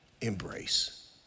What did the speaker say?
embrace